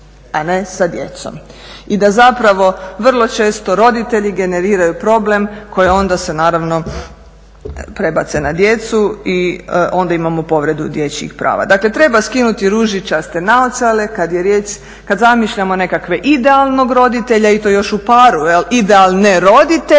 a ne sa djecom. I da zapravo vrlo često roditelji generiraju problem koji onda se naravno prebace na djecu i ona imamo povredu dječjih prava. Dakle, treba skinuti ružičaste naočale kad je riječ, kad zamišljamo nekakve idealne roditelje, i to još u paru, idealne roditelje